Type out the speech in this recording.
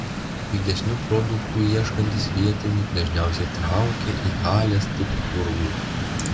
pigesnių produktų ieškantys vietiniai dažniausiai traukia į halės tipo turgų